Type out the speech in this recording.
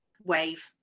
wave